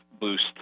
boost